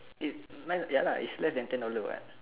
if mine ya lah is less than ten dollar [what]